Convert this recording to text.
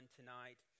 tonight